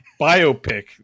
biopic